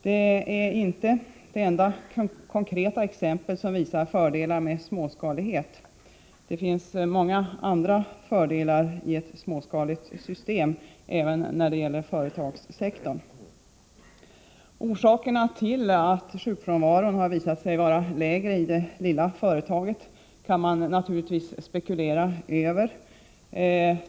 Det är inte det enda konkreta exemplet som visar fördelarna med småskalighet. Det finns många andra fördelar i ett småskaligt system, även när det gäller företagssektorn. Orsakerna till att sjukfrånvaron visat sig vara lägre i det lilla företaget kan man naturligtvis spekulera över.